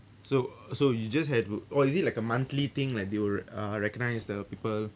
so uh so you just had to or is it like a monthly thing like they will uh recognise the people